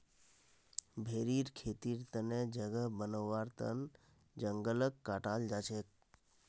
भेरीर खेतीर तने जगह बनव्वार तन जंगलक काटाल जा छेक